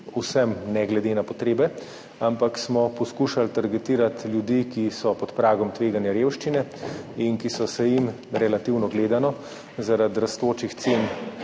vsem, ne glede na potrebe, ampak smo poskušali targetirati ljudi, ki so pod pragom tveganja revščine in ki so se jim, relativno gledano, zaradi rastočih cen